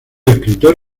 escritor